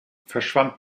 verschwand